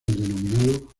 denominado